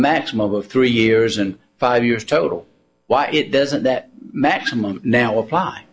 maximum of three years and five years total why it doesn't that maximum now apply